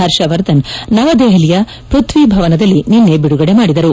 ಪರ್ಷವರ್ಧನ್ ನವದೆಪಲಿಯ ಪೃಥ್ವಿ ಭವನದಲ್ಲಿ ನಿನ್ನೆ ಬಿಡುಗಡೆ ಮಾಡಿದರು